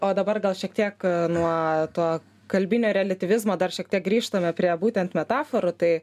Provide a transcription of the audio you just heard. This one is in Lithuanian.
o dabar gal šiek tiek nuo to kalbinio reliatyvizmo dar šiek tiek grįžtame prie būtent metaforų tai